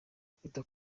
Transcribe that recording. kwita